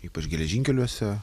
ypač geležinkeliuose